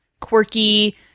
quirky